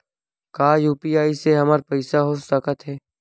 का यू.पी.आई से हमर पईसा हो सकत हे?